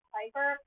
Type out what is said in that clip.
Piper